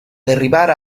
derribar